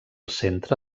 centre